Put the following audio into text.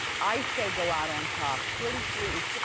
i say go out on top. forty three, so